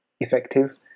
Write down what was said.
effective